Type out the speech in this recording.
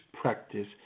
practice